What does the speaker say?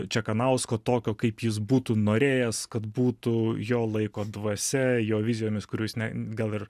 čekanausko tokio kaip jis būtų norėjęs kad būtų jo laiko dvasia jo vizijomis kurių jis ne gal ir